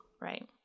Right